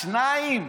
שניים?